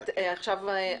היא צריכה לפתוח.